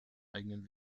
eigenen